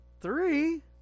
Three